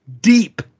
deep